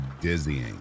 dizzying